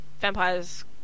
vampires